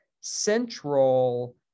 central